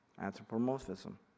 Anthropomorphism